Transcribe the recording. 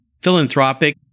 philanthropic